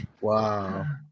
wow